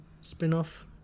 spin-off